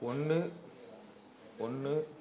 ஒன்று ஒன்று